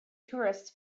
tourists